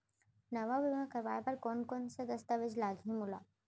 नवा बीमा करवाय बर कोन कोन स दस्तावेज लागही मोला?